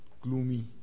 gloomy